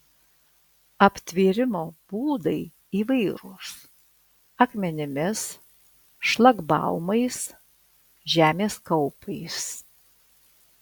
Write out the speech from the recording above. aptvėrimo būdai įvairūs akmenimis šlagbaumais žemės kaupais